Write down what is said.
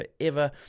forever